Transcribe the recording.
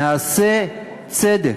נעשה צדק,